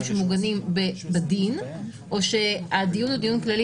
שמוגנים בדין או שהדיון הוא דיון כללי.